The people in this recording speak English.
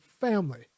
family